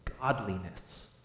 godliness